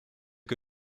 que